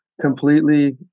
completely